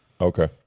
Okay